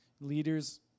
Leaders